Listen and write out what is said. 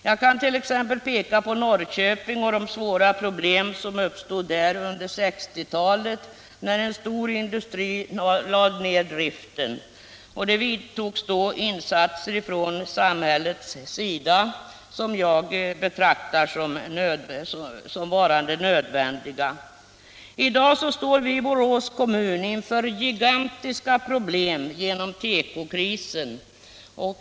Jag kan t.ex. peka på Norrköping och de svåra problem som uppstod där under 1960-talet, när en stor industri lade ner driften. Från samhällets sida gjordes då insatser som jag betraktar såsom varande nödvändiga. I dag står vi i Borås kommun inför gigantiska problem genom tekokrisen.